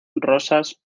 rosas